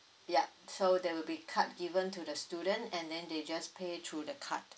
yup so there will be card given to the student and then they just pay through the card